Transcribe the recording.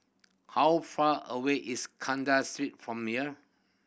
how far away is Kandahar Street from here